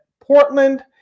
Portland